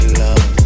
love